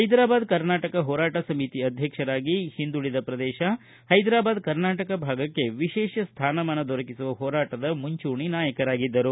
ಹೈದ್ರಾಬಾದ್ ಕರ್ನಾಟಕ ಹೋರಾಟ ಸಮಿತಿ ಅಧ್ವಕ್ಷರಾಗಿ ಹಿಂದುಳದ ಪ್ರದೇತ ಹೈದರಾಬಾದ್ ಕರ್ನಾಟಕ ಭಾಗಕ್ಕೆ ವಿಶೇಷ ಸ್ಥಾನಮಾನ ದೊರಕಿಸುವ ಹೋರಾಟದ ಮುಂಚೂಣಿ ನಾಯಕರಾಗಿದ್ದರು